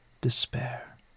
despair